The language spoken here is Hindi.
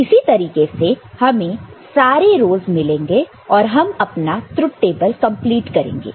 इसी तरीके से हमें सारे रोस मिलेंगे और हम अपना ट्रुथ टेबल कंप्लीट करेंगे